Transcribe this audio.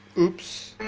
oups,